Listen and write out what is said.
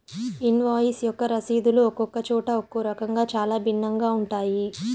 invoice యొక్క రసీదులు ఒక్కొక్క చోట ఒక్కో రకంగా చాలా భిన్నంగా ఉంటాయి